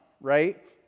right